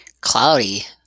cloudy